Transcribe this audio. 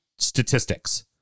Statistics